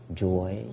joy